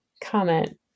comment